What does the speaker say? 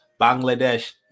Bangladesh